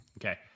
okay